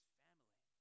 family